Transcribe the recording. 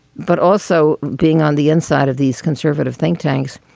but also, being on the inside of these conservative think tanks,